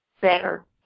better